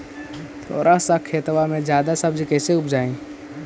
थोड़ा सा खेतबा में जादा सब्ज़ी कैसे उपजाई?